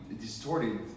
distorted